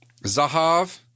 Zahav